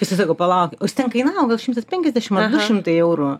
jisai sako palaukit o jis ten kainavo gal šimtas penkiasdešim ar du šimtai eurų